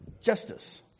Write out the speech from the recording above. Justice